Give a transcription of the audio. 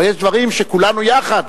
אבל יש דברים שכולנו יחד,